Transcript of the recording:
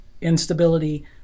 instability